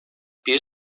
bir